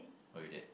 oh you did